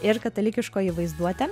ir katalikiškoji vaizduotė